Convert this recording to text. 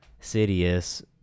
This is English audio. Sidious